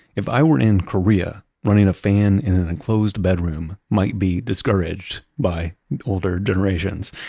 if i were in korea, running a fan in an enclosed bedroom might be discouraged by older generations.